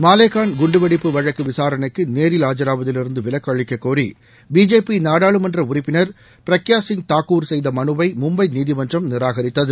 மாலேகான் குண்டுவெடிப்பு வழக்கு விசாரணைக்கு நேரில் ஆஜாவதிலிருந்து விலக்கு அளிக்கக்கோரி பிஜேபி நாடாளுமன்ற உறுப்பினர் பிரக்பாசிய் தாக்கூர் செய்த மனுவை மும்பை நீதிமன்றம் நிராகரித்தது